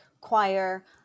choir